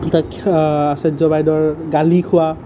তাত আচাৰ্য বাইদেউৰ গালি খোৱা